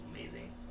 amazing